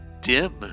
dim